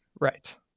Right